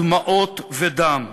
דמעות ודם,